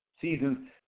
seasons